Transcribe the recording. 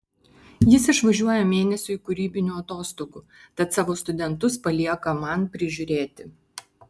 jis išvažiuoja mėnesiui kūrybinių atostogų tad savo studentus palieka man prižiūrėti